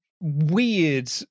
weird